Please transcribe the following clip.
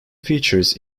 features